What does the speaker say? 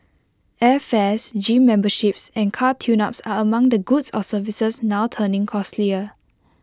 airfares gym memberships and car tuneups are among the goods or services now turning costlier